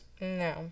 No